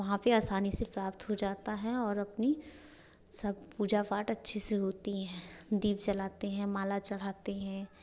वहाँ पे आसानी से प्राप्त हो जाता हैं और अपनी सब पूजा पाठ अच्छे से होती है दीप जलते हैं माला चढ़ाते हैं